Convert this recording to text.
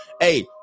Hey